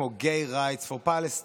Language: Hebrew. כמו gay rights for Palestine,